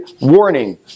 warning